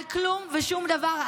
על כלום ושום דבר,